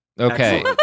Okay